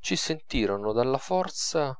ci sentirono della forza